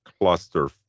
cluster